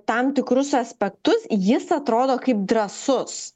tam tikrus aspektus jis atrodo kaip drąsus